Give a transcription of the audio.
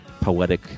poetic